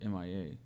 MIA